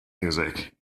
music